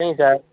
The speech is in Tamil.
சரிங்க சார்